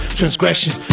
transgression